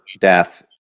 death